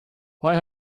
why